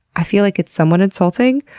i feel like it's somewhat insulting,